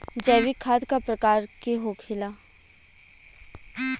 जैविक खाद का प्रकार के होखे ला?